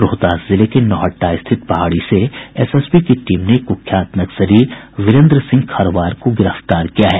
रोहतास जिले के नौहट्टा स्थित पहाड़ी से एसएसबी की टीम ने कुख्यात नक्सली बीरेन्द्र सिंह खरवार को गिरफ्तार किया है